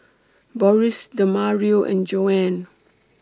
Boris Demario and Joanne